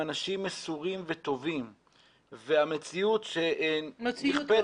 הם אנשים מסורים וטובים והמציאות שנכפית